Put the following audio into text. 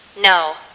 No